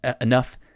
enough